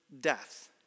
death